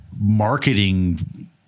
marketing